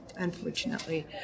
Unfortunately